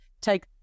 take